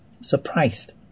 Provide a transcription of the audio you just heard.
surprised